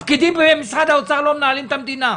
הפקידים במשרד האוצר לא מנהלים את המדינה,